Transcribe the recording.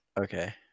okay